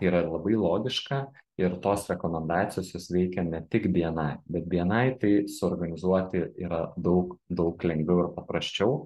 tai yra ir labai logiška ir tos rekomendacijos jos veikia ne tik bni bet bni tai suorganizuoti yra daug daug lengviau ir paprasčiau